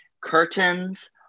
curtains